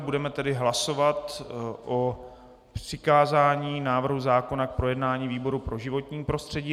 Budeme tedy hlasovat o přikázání návrhu zákona k projednání výboru pro životní prostředí.